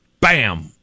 bam